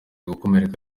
gukomereka